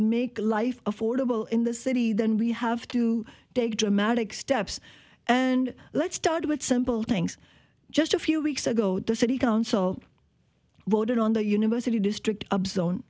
make life affordable in the city then we have to take dramatic steps and let's start with simple things just a few weeks ago the city council voted on the university district